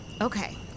Okay